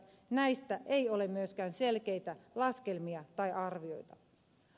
näistä ei ole myöskään selkeitä laskelmia tai arvioita